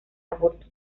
aborto